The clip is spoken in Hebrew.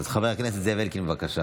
אז חבר הכנסת זאב אלקין, בבקשה.